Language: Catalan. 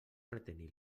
retenir